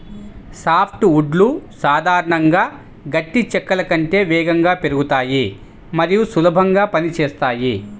soft వుడ్లు సాధారణంగా గట్టి చెక్కల కంటే వేగంగా పెరుగుతాయి మరియు సులభంగా పని చేస్తాయి